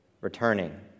returning